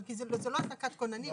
אבל זה החזקת כוננים,